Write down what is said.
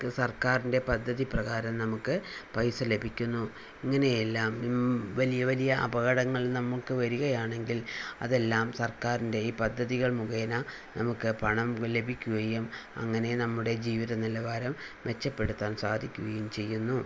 സർക്കാരിൻ്റെ പദ്ധതി പ്രകാരം നമുക്ക് പൈസ ലഭിക്കുന്നു ഇങ്ങനെയെല്ലാം വലിയ വലിയ അപകടങ്ങൾ നമുക്ക് വരികയാണെങ്കിൽ അതെല്ലാം സർക്കാരിൻ്റെ ഈ പദ്ധതികൾ മുഖേന നമുക്ക് പണം ലഭിക്കുകയും അങ്ങനെ നമ്മുടെ ജീവിത നിലവാരം മെച്ചപ്പെടുത്താൻ സാധിക്കുകയും ചെയ്യുന്നു